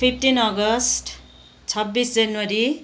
fifteen अगस्त छब्बिस जनवरी